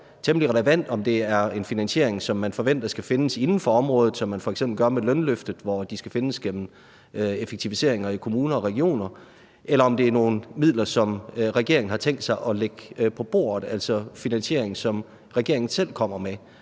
temmelig relevant, om det er en finansiering, som man forventer skal findes inden for området, som man f.eks. gør med lønløftet, hvor løftet skal findes gennem effektiviseringer i kommuner og regioner, eller om det er nogle midler, som regeringen har tænkt sig at lægge på bordet – altså finansiering, som regeringen selv kommer med.